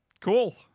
cool